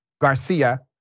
Garcia